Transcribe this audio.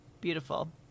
Beautiful